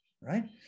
right